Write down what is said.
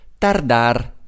Tardar